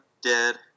dead